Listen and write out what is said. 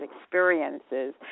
experiences